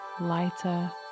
lighter